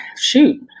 shoot